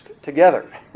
Together